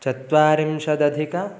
चत्वारिंशदधिकं